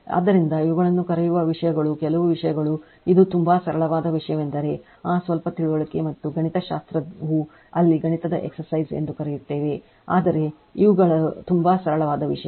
ಆದ್ದರಿಂದ ಇವುಗಳನ್ನು ಕರೆಯುವ ವಿಷಯಗಳು ಕೆಲವು ವಿಷಯಗಳು ಇದು ತುಂಬಾ ಸರಳವಾದ ವಿಷಯವೆಂದರೆ ಆ ಸ್ವಲ್ಪ ತಿಳುವಳಿಕೆ ಮತ್ತು ಗಣಿತಶಾಸ್ತ್ರವು ಅಲ್ಲಿ ಗಣಿತದ ಎಕ್ಸಸೈಜ್ ಎಂದು ಕರೆಯುತ್ತೇವೆ ಆದರೆ ಇವುಗಳು ತುಂಬಾ ಸರಳವಾದ ವಿಷಯ